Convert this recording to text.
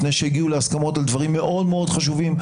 לפני שהגיעו להסכמות על דברים מאוד מאוד חשובים,